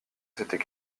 s’était